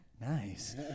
nice